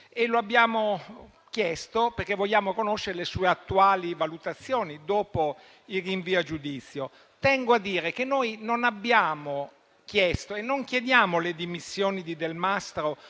e la rinnoviamo oggi perché vogliamo conoscere le sue attuali valutazioni dopo il rinvio a giudizio. Tengo a dire che non abbiamo chiesto e non chiediamo le dimissioni di Delmastro